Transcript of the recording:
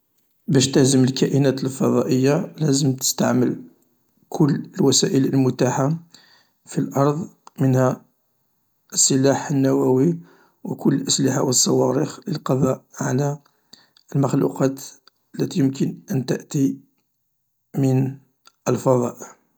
باش تهزم الكائنات الفضائية لازم تستعمل كل الوسائل المتاحة في الأرض، منها السلاح النووي، و كل الأسلحة و الصواريخ للقضاء على المخلوقات التي يمكن ان تأتي من الفضاء.